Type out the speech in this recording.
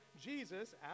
Jesus